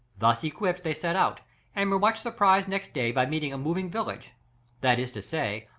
thus equipped they set out and were much surprised next day by meeting a moving village that is to say,